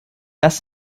das